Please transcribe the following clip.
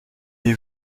est